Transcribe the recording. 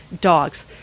dogs